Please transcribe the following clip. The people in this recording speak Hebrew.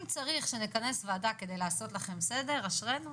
אם צריך שנכנס ועדה כדי לעשות לכם סדר - אשרינו,